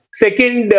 second